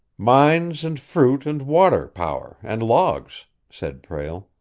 mines and fruit and water power and logs, said prale.